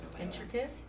Intricate